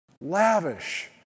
lavish